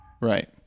Right